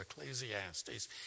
Ecclesiastes